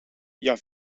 jag